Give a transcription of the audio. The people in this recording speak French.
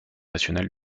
national